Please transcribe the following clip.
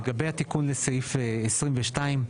לגבי התיקון לסעיף 22,